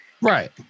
Right